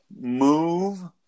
Move